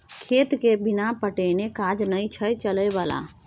खेतके बिना पटेने काज नै छौ चलय बला